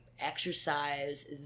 exercise